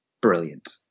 brilliant